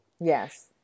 Yes